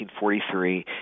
1943